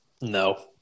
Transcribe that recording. No